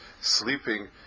sleeping